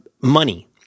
money